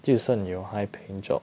就算有 high paying job